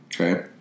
Okay